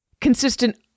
consistent